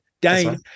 Dane